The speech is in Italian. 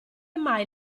mai